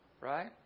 Right